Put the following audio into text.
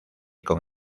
con